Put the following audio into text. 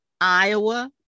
Iowa